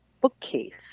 bookcase